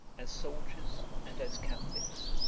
as soldiers and as catholics,